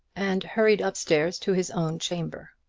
and hurried up-stairs to his own chamber.